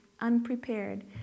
unprepared